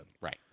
Right